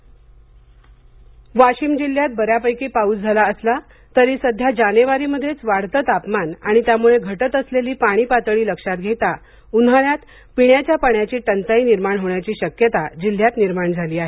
वाशिम पाऊस वाशिम जिल्ह्यात बऱ्यापैकी पाऊस झाला असला तरी सध्या जानेवारीमध्येच वाढते तापमान आणि त्यामुळे घटत असलेली पाणी पातळी लक्षात घेता उन्ह्याळ्यात पिण्याच्या पाण्याची टंचाई निर्माण होण्याची शक्यता जिल्ह्यात निर्माण झाली आहे